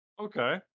Okay